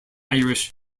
irish